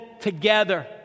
together